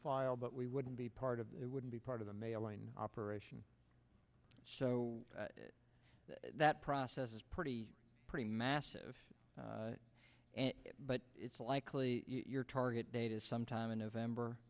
file but we wouldn't be part of it wouldn't be part of the mailing operation so that process is pretty pretty massive but it's likely your target date is sometime in november